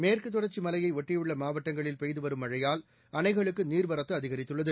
மேற்குத் தொடர்ச்சி மலையை ஒட்டியுள்ள மாவட்டங்களில் பெய்து வரும் மழையால் அணைகளுக்கு நீர்வரத்து அதிகரித்துள்ளது